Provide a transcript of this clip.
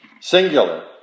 singular